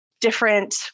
different